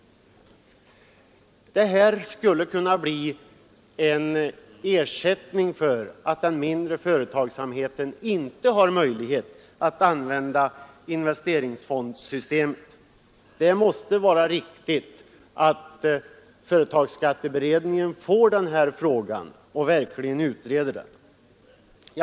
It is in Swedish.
Detta skulle kunna bli en ersättning för att den mindre företagsamheten inte har möjlighet att använda investeringsfondssystemet. Det måste vara riktigt att företagsskatteutredningen tar upp denna fråga och verkligen utreder den.